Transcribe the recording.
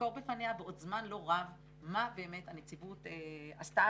ולסקור בפניה בעוד זמן לא רב מה באמת הנציבות עשתה